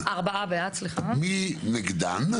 מי נגדן?